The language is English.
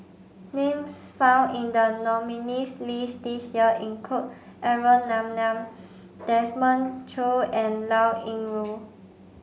names found in the nominees' list this year include Aaron Maniam Desmond Choo and Liao Yingru